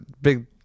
big